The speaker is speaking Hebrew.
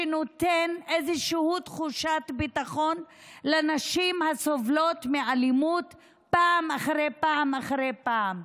שנותן איזושהי תחושת ביטחון לנשים הסובלות מאלימות פעם אחר פעם אחר פעם.